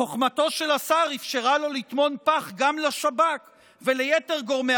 חוכמתו של השר אפשרה לו לטמון פח גם לשב"כ וליתר גורמי